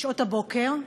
בשעות הבוקר,